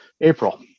April